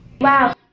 Wow